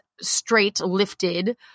straight-lifted